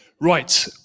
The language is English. right